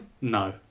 No